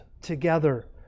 together